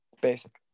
Basic